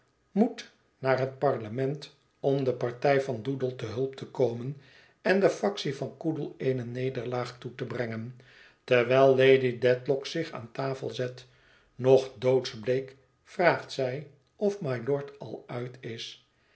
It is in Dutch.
moet naar het parlement om de partij van doodle te hulp te komen en de factie van coodle eene neerlaag toe te brengen terwijl lady dedlock zich aan tafel zet nog doodsbleek vraagt zij of mylord al uit is